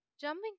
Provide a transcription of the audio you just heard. Jumping